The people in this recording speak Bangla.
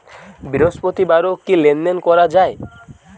বৃহস্পতিবারেও কি লেনদেন করা যায়?